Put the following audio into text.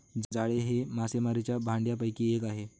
जाळे हे मासेमारीच्या भांडयापैकी एक आहे